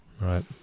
Right